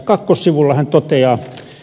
kakkossivulla hän toteaa